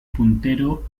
puntero